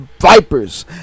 Vipers